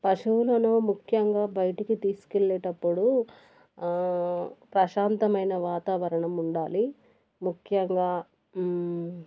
పశువులను ముఖ్యంగా బయటికి తీసుకెళ్ళేటప్పుడు ప్రశాంతమైన వాతావరణం ఉండాలి ముఖ్యంగా